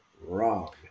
Wrong